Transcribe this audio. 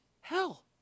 hell